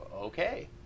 okay